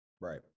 right